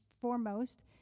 foremost